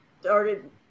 started